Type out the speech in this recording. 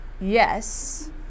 Yes